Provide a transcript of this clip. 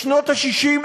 בשנות ה-60,